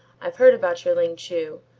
i've heard about your ling chu.